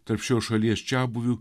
tarp šios šalies čiabuvių